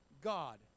God